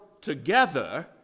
together